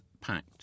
PACT